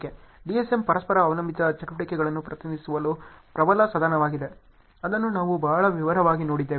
DSM ಪರಸ್ಪರ ಅವಲಂಬಿತ ಚಟುವಟಿಕೆಗಳನ್ನು ಪ್ರತಿನಿಧಿಸುವ ಪ್ರಬಲ ಸಾಧನವಾಗಿದೆ ಅದನ್ನು ನಾವು ಬಹಳ ವಿವರವಾಗಿ ನೋಡಿದ್ದೇವೆ